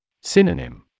Synonym